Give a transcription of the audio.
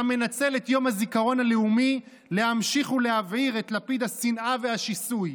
אתה מנצל את יום הזיכרון הלאומי להמשיך ולהבעיר את לפיד השנאה והשיסוי.